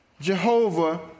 Jehovah